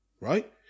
right